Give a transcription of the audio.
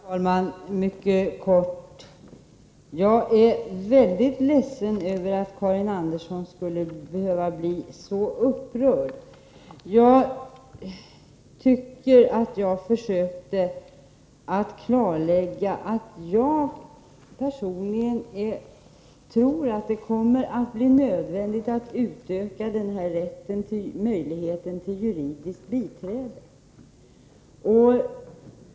Herr talman! Jag skall fatta mig mycket kort. Jag är mycket ledsen över att Karin Andersson skulle behöva bli så upprörd. Jag tycker att jag försökte klarlägga att jag personligen tror att det kommer att bli nödvändigt att utöka möjligheten till juridiskt biträde.